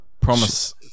Promise